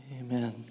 Amen